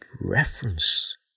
reference